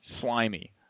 slimy